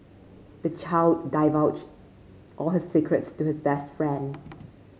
the child divulged all his secrets to his best friend